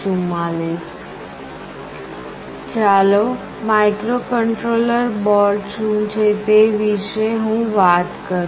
ચાલો microcontroller board શું છે તે વિશે હું વાત કરું